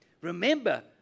Remember